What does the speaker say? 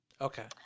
Okay